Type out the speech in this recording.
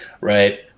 right